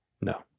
No